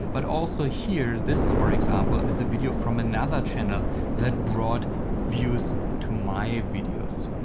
but also here this for example is a video from another channel that brought views to my videos.